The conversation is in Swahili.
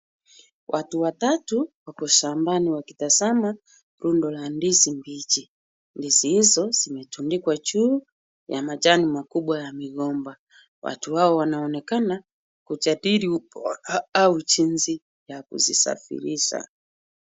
Watu watatu wako shambani wakitazama rundo la ndizi mbichi. Ndizi hizo zimetundikwa juu ya majani makubwa ya migomba. Watu hao wanaonekana kujadili au jinsi ya kuzisafirisha.